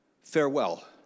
Farewell